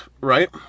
right